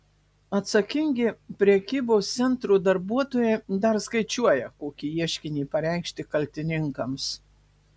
atsakingi prekybos centro darbuotojai dar skaičiuoja kokį ieškinį pareikšti kaltininkams